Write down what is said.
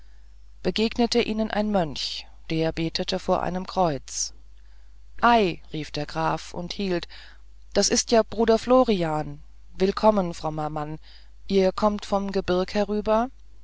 begegnete ihnen ein mönch der betete vor einem kreuz ei rief der graf und hielt das ist ja bruder florian willkommen frommer mann ihr kommet vom gebirg herüber